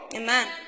amen